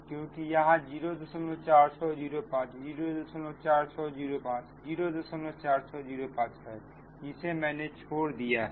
क्योंकि यहां 04605 04605 04605 है जिसे मैंने छोड़ दिया है